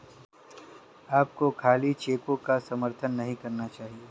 आपको खाली चेकों का समर्थन नहीं करना चाहिए